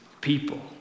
people